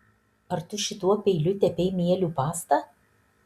ar tu šituo peiliu tepei mielių pastą